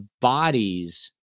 bodies